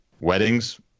weddings